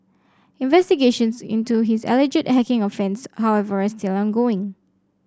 investigations into his alleged hacking offence however are still ongoing